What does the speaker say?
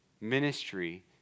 Ministry